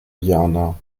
jana